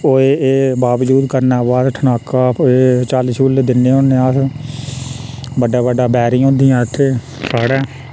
ओह् एह् एह् बाबजूद करने दे बाद ठनाका ते झल झुल्ल दिन्ने होन्ने अस बड्डा बड्डा बैरीं होंदियां इत्थें साढ़ै